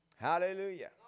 Hallelujah